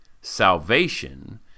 salvation